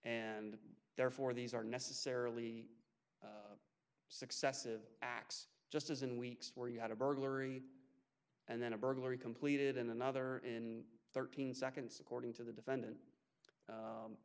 and therefore these are necessarily successive acts just as in weeks where you had a burglary and then a burglary completed in another in thirteen seconds according to the defendant